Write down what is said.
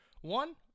one